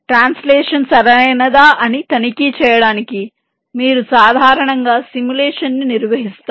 translation సరైనదా అని తనిఖీ చేయడానికి మీరు సాధారణంగా సిములేషన్ ను నిర్వహిస్తారు